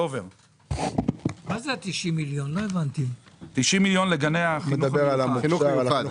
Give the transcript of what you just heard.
90 מיליון לגני החינוך המיוחד.